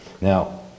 Now